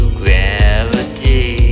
gravity